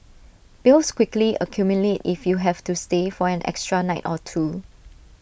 bills quickly accumulate if you have to stay for an extra night or two